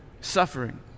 suffering